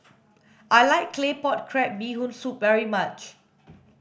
I like claypot crab bee hoon soup very much